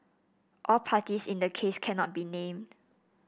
all parties in the case cannot be named